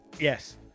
yes